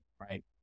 right